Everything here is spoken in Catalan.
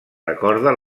recorda